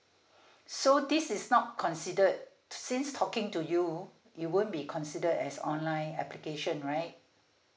so this is not considered since talking to you it won't be consider as online application right